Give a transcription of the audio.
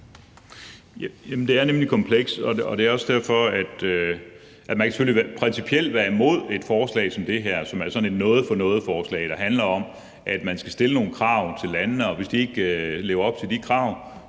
Det er nemlig komplekst. Man kan selvfølgelig principielt være imod et forslag som det her, som er sådan et noget for noget-forslag, der handler om, at man skal stille nogle krav til landene, og hvis de ikke lever op til de krav,